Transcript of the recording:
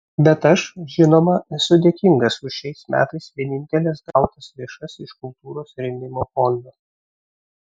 bet aš žinoma esu dėkingas už šiais metais vieninteles gautas lėšas iš kultūros rėmimo fondo